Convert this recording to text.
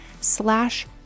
slash